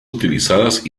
utilizadas